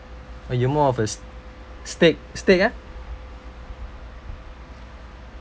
or you more of a s~ steak steak ah